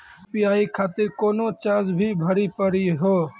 UPI खातिर कोनो charge भी भरी पड़ी हो?